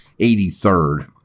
83rd